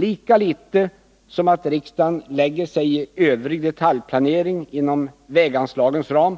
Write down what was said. Lika litet som riksdagen lägger sig i övrig detaljplanering inom väganslagens ram